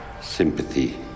sympathy